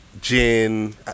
gin